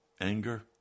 anger